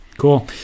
Cool